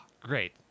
great